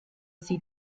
sie